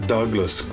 Douglas